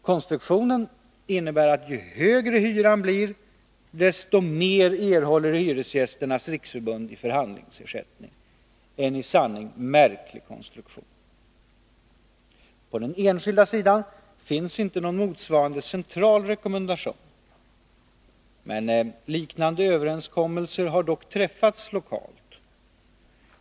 Konstruktionen innebär att ju högre hyran blir desto mer erhåller Hyresgästernas riksförbund i förhandlingsersättning — i sanning en märklig konstruktion! På den enskilda sektorn finns inte någon motsvarande central rekommendation. Liknande överenskommelser har dock träffats lokalt.